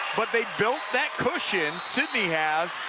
but they built that cushion, sidney has,